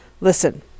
Listen